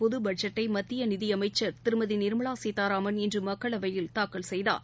பொதுபட்ஜெட்டை மத்திய நிதியமைச்சர் திருமதி நிர்மவா சீதாராமன் இன்று மக்களவையில் தாக்கல் செய்தார்